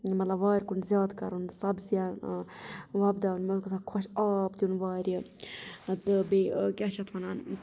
مطلَب وارِ کُن زیادٕ کَرُن سَبزیَن وۅپداوُن مےٚ اوس گَژھان خۅش آب دِیُن وارِ تہٕ بیٚیہِ کیٛاہ چھُ اَتھ وَنان